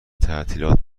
تعطیلات